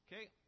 Okay